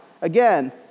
Again